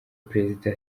perezida